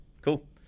cool